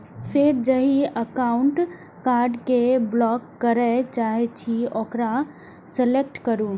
फेर जाहि एकाउंटक कार्ड कें ब्लॉक करय चाहे छी ओकरा सेलेक्ट करू